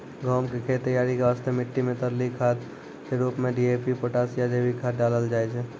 गहूम के खेत तैयारी वास्ते मिट्टी मे तरली खाद के रूप मे डी.ए.पी पोटास या जैविक खाद डालल जाय छै